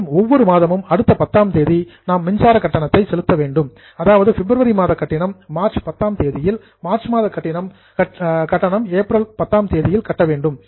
மேலும் ஒவ்வொரு மாதமும் அடுத்த 10 ஆம் தேதி நாம் மின்சார கட்டணத்தை செலுத்த வேண்டும் அதாவது பிப்ரவரி மாத கட்டணம் மார்ச் 10 ஆம் தேதியில் மார்ச் மாத கட்டணம் ஏப்ரல் 10 ஆம் தேதியில் கட்ட வேண்டும்